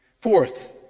Fourth